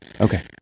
Okay